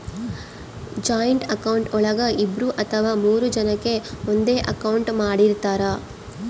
joint account ಒಳಗ ಇಬ್ರು ಅಥವಾ ಮೂರು ಜನಕೆ ಒಂದೇ ಅಕೌಂಟ್ ಮಾಡಿರ್ತರಾ